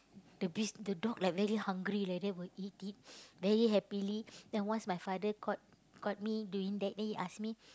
the bis~ the dog like very hungry like that will eat it very happily then once my father caught caught me doing that then he ask me